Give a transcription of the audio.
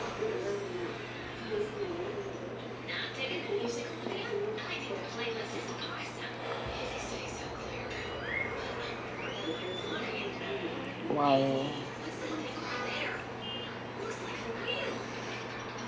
!wow!